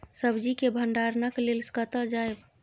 सब्जी के भंडारणक लेल कतय जायब?